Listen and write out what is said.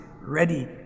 ready